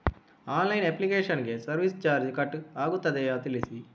Online application ಗೆ service charge cut ಆಗುತ್ತದೆಯಾ ತಿಳಿಸಿ?